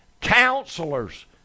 counselors